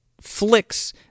flicks